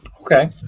Okay